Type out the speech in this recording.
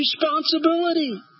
responsibility